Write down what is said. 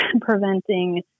preventing